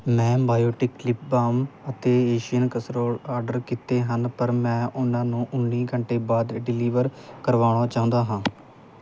ਮੈਂ biotic lip balm ਅਤੇ Asian casserole order ਕੀਤੇ ਹਨ ਪਰ ਮੈਂ ਉਹਨਾਂ ਨੂੰ ਉੱਨੀ ਘੰਟੇ ਬਾਅਦ ਡਿਲੀਵਰ ਕਰਵਾਉਣਾ ਚਾਹੁੰਦਾ ਹਾਂ